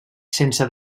sense